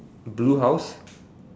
blue house